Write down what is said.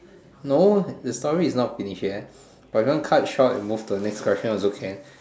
no the story is not finished yet but if you want to cut short and move to the next question also can